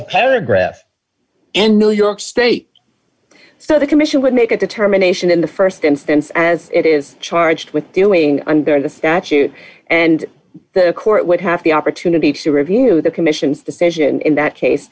a paragraph and new york state so the commission would make a determination in the st instance as it is charged with doing under the statute and the court would have the opportunity to review the commission's decision in that case